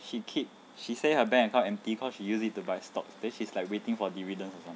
she keep she said her bank empty cause she use it to buy stocks then she's like waiting for dividend or something